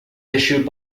issued